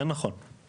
כדי לשמוע.